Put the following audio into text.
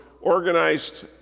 organized